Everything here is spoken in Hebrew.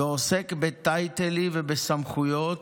ועוסק בטייטלים ובסמכויות,